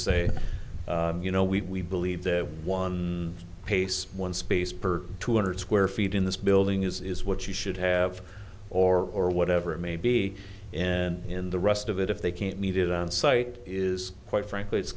say you know we believe that one pace one space per two hundred square feet in this building is what you should have or whatever it may be and in the rest of it if they can't meet it on site is quite frankly it's